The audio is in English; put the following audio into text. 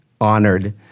honored